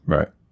Right